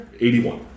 81